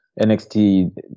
NXT